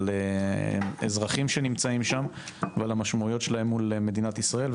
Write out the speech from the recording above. על אזרחים שנמצאים שם ועל המשמעויות שלהם מול מדינת ישראל,